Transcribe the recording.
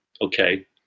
okay